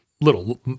little